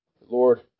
Lord